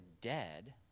dead